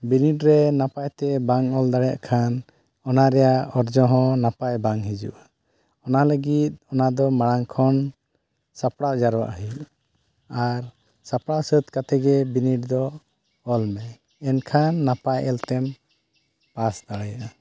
ᱵᱤᱱᱤᱰᱨᱮ ᱱᱟᱯᱟᱭᱛᱮ ᱵᱟᱝ ᱚᱞ ᱫᱟᱲᱮᱭᱟᱜ ᱠᱷᱟᱱ ᱚᱱᱟ ᱨᱮᱭᱟᱜ ᱚᱨᱡᱚ ᱦᱚᱸ ᱱᱟᱯᱟᱭ ᱵᱟᱝ ᱦᱤᱡᱩᱜᱼᱟ ᱚᱱᱟ ᱞᱟᱹᱜᱤᱫ ᱚᱱᱟᱫᱚ ᱢᱟᱲᱟᱝ ᱠᱷᱚᱱ ᱥᱟᱯᱲᱟᱣ ᱡᱟᱣᱨᱟᱜ ᱦᱩᱭᱩᱜᱼᱟ ᱟᱨ ᱥᱟᱯᱲᱟᱣ ᱥᱟᱹᱛ ᱠᱟᱛᱮᱫ ᱜᱮ ᱵᱤᱱᱤᱰ ᱫᱚ ᱚᱞ ᱢᱮ ᱮᱱᱠᱷᱟᱱ ᱱᱟᱯᱟᱭ ᱚᱠᱚᱡ ᱛᱮᱢ ᱯᱟᱥ ᱫᱟᱲᱮᱭᱟᱜᱼᱟ